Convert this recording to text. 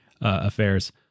affairs